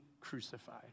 crucified